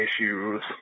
issues